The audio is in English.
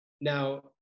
Now